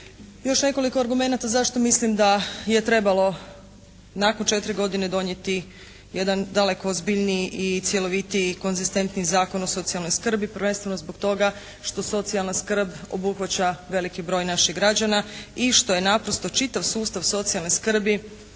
još nekoliko argumenata zašto mislim da je trebalo nakon četiri godine donijeti jedan daleko ozbiljniji i cjelovitiji, konzistentniji Zakon o socijalnoj skrbi prvenstveno zbog toga što socijalna skrb obuhvaća veliki broj naših građana i što je naprosto čitav sustav socijalne skrbi